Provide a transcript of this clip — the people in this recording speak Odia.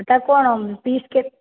ଏଇଟା କ'ଣ ପିସ୍ କେକ୍